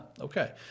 Okay